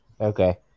Okay